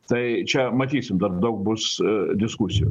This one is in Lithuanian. tai čia matysim dar daug bus diskusijų